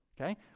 Okay